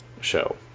show